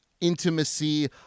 intimacy